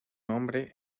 nombre